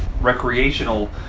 recreational